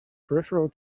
peripheral